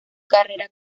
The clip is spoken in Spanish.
carrera